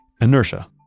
Inertia